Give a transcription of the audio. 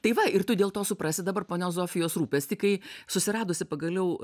tai va ir tu dėl to suprasi dabar ponios zofijos rūpestį kai susiradusi pagaliau